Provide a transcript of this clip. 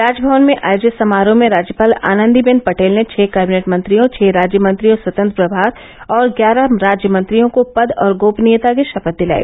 राजमवन में आयोजित समारोह में राज्यपाल आनन्दीबेन पटेल ने छः कैबिनेट मंत्रियों छः राज्य मंत्रियों स्वतंत्र प्रभार और ग्यारह राज्य मंत्रियों को पद और गोपनीयता की ापथ दिलाई